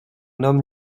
homme